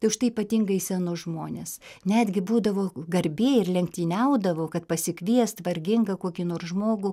tai užtai ypatingai senus žmones netgi būdavo garbė ir lenktyniaudavo kad pasikviest vargingą kokį nors žmogų